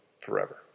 forever